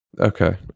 Okay